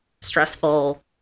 stressful